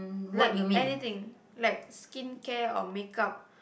like anything like skin care or make up